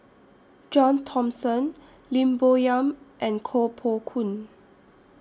John Thomson Lim Bo Yam and Koh Poh Koon